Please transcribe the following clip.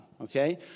okay